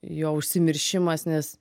jo užsimiršimas nes